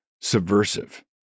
subversive